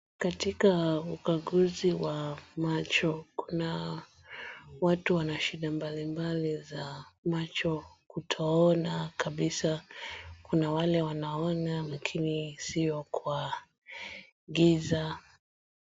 Katika ukaguzi wa macho kuna watu wana shida mbalimbali za macho kutoona kabisa, kule wale wanaona lakini si kwa giza.